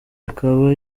akaba